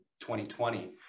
2020